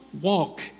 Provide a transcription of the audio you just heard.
walk